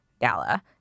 Gala